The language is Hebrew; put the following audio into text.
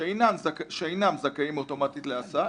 שאינם זכאים אוטומטית להסעה,